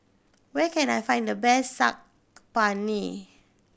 where can I find the best Saag Paneer